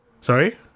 Sorry